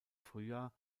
frühjahr